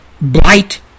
blight